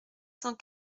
cent